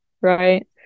right